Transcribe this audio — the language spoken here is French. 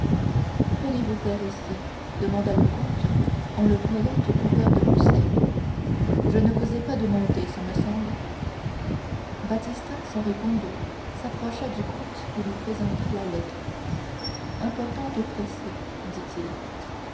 que venez-vous faire ici demanda le comte en le voyant tout couvert de poussière je ne vous ai pas demandé ce me semble baptistin sans répondre s'approcha du comte et lui présenta la lettre importante et pressée dit-il